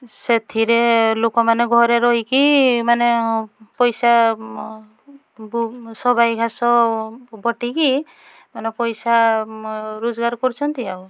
ସେଥିରେ ଲୋକମାନେ ଘରେ ରହିକି ମାନେ ପଇସା ବହୁ ସବାଇ ଘାସ ବଟିକି ଅନ୍ୟ ପଇସା ରୋଜଗାର କରୁଛନ୍ତି ଆଉ